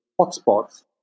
hotspots